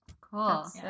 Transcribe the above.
Cool